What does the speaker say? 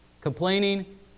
complaining